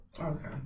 Okay